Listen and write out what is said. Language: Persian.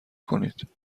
کنید